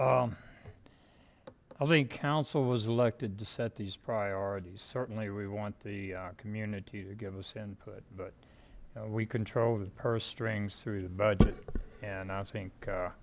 i think council was elected to set these priorities certainly we want the community to give us input but we control the purse strings through the budget and i think